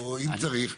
אם צריך,